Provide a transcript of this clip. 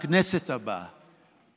לכנסת הבאה.